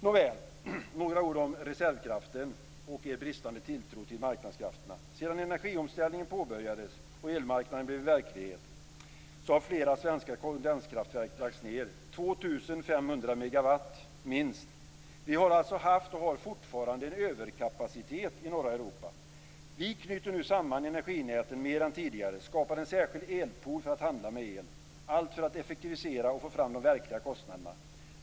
Nåväl, några ord om reservkraften och er bristande tilltro till marknadskrafterna. Sedan energiomställningen påbörjades och elmarknaden blev verklighet har flera svenska kondenskraftverk lagts ned, dvs. minst 2 500 megawatt. Vi har alltså haft och har fortfarande en överkapacitet i norra Europa. Vi knyter nu samman energinäten mer än tidigare och skapar en särskild elpool för att handla med el - allt för att effektivisera och få fram de verkliga kostnaderna.